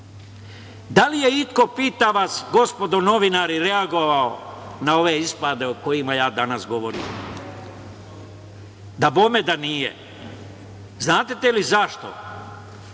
li je iko pitam vas gospodo novinari, reagovao na ove ispade o kojima ja danas govorim? Dabome da nije. Znate li zašto?